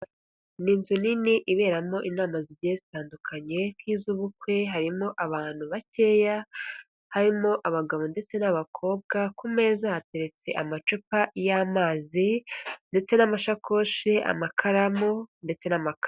N'inzu nini iberamo inama zigiye zitandukanye nk'iz'ubukwe harimo abantu bakeya harimo abagabo ndetse n'abakobwa ku meza hateretse amacupa y'amazi ndetse n'amashakoshi amakaramu ndetse n'amakayi.